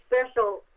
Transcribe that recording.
special